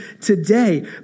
today